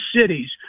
cities